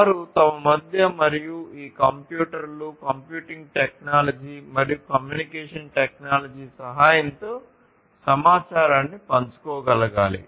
వారు తమ మధ్య మరియు ఈ కంప్యూటర్లు కంప్యూటింగ్ టెక్నాలజీ మరియు కమ్యూనికేషన్ టెక్నాలజీ సహాయంతో సమాచారాన్ని పంచుకోగలగాలి